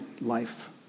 life